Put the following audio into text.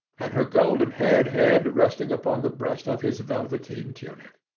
and her golden haired head resting upon the breast of his velveteen tunic.